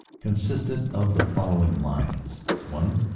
consisted of the follo ving lines one.